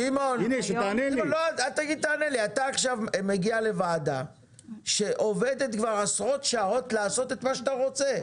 אתה עכשיו מגיע לוועדה שעובדת כבר עשרות שעות לעשות את מה שאתה רוצה.